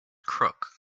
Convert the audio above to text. crook